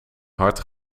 hard